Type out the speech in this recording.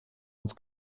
ins